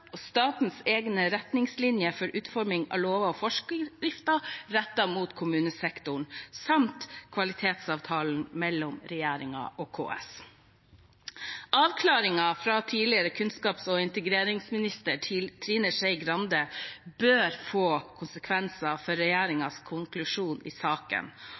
statens egne retningslinjer for utforming av lover og forskrifter rettet mot kommunesektoren samt kvalitetsavtalen mellom regjeringen og KS. Avklaringen fra tidligere kunnskaps- og integreringsminister Trine Skei Grande bør få konsekvenser for regjeringens konklusjon i saken.